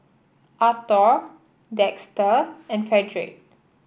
Arthor Dexter and Fredrick